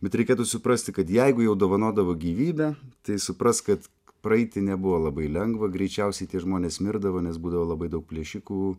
bet reikėtų suprasti kad jeigu jau dovanodavo gyvybę tai suprask kad praeiti nebuvo labai lengva greičiausiai tie žmonės mirdavo nes būdavo labai daug plėšikų